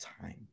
time